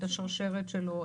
את השרשרת שלו,